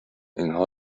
اینها